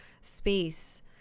space